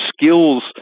skills